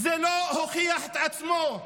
זה לא הוכיח את עצמו.